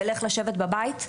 תלך לשבת בבית,